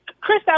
Chris